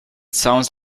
sounds